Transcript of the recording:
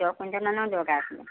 দহ কুইণ্টেলমানৰ দৰকাৰ আছিলে